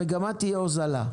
המגמה תהיה הוזלה.